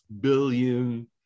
billion